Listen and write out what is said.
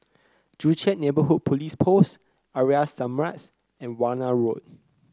Joo Chiat Neighborhood Police Post Aria Samaj and Warna Road